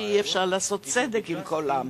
שאי-אפשר לעשות צדק עם כולם,